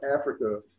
Africa